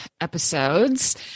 episodes